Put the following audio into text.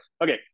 Okay